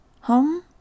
home